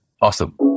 Awesome